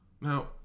now